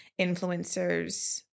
influencers